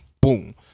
boom